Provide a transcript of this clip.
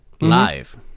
live